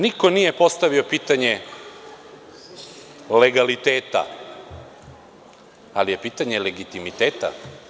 Niko nije postavio pitanje legaliteta, ali je pitanje legitimiteta.